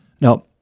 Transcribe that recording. Now